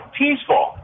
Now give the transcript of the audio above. peaceful